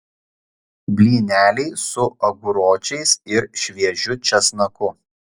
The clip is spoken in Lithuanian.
blyneliai su aguročiais ir šviežiu česnaku